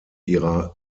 ihrer